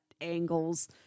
angles